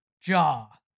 Jaw